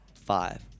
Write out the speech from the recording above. five